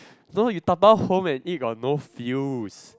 no you dabao home and eat got no feels